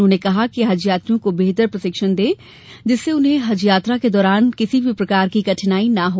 उन्होंने कहा कि हज यात्रियों को बेहतर प्रशिक्षण दें जिससे उन्हें हज यात्रा के दौरान कोई कठिनाई नहीं हो